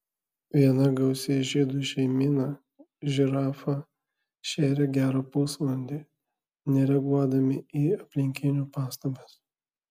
viena gausi žydų šeimyna žirafą šėrė gerą pusvalandį nereaguodami į aplinkinių pastabas